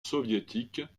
soviétique